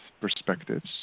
perspectives